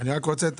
מי נמנע?